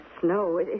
snow